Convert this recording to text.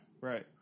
Right